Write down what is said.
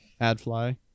Adfly